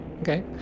okay